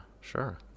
sure